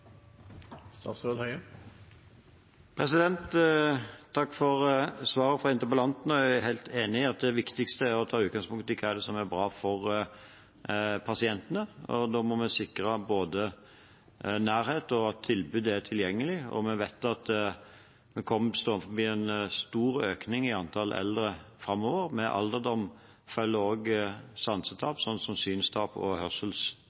Takk for svaret fra interpellanten. Jeg er helt enig i at det viktigste er å ta utgangspunkt i det som er bra for pasientene. Da må vi sikre både nærhet og at tilbudet er tilgjengelig. Vi vet at vi står overfor en stor økning i antall eldre framover, og med alderdom følger også sansetap, som synstap og